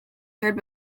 heard